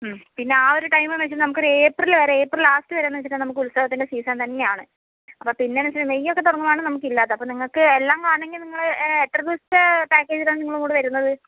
പിന്നെ ആ ഒരു ടൈമ് എന്ന് വച്ചിട്ടുണ്ടെങ്കിൽ നമുക്ക് ഒര് ഏപ്രിൽ വരെ ഏപ്രിൽ ലാസ്റ്റ് വരെയെന്ന് വച്ചിട്ടുണ്ടെങ്കിൽ നമുക്ക് ഉത്സവത്തിൻ്റെ സീസൺ തന്നെയാണ് അപ്പോൾ പിന്നെയെന്ന് വച്ചിട്ടുണ്ടെങ്കിൽ മെയ്യൊക്കെ തുടങ്ങുകയാണെങ്കിൽ നമുക്കില്ലാത്തെ അപ്പോൾ നിങ്ങൾക്ക് എല്ലാം കാണണമെങ്കിൽ നിങ്ങൾ എത്ര ദിവസത്തെ പാക്കേജിലാണ് നിങ്ങളിങ്ങോട്ട് വരുന്നത്